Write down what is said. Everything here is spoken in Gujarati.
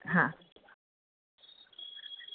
હા